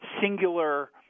singular